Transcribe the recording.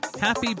Happy